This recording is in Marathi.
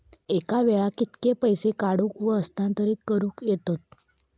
एका वेळाक कित्के पैसे काढूक व हस्तांतरित करूक येतत?